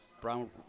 brown